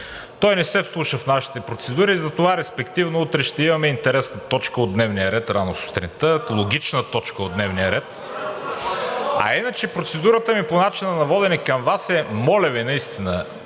той не се вслуша в нашите процедури и затова респективно утре ще имаме интересна точка от дневния ред рано сутринта, логична точка от дневния ред. А иначе процедурата ми по начина на водене към Вас е, моля Ви наистина,